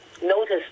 Notice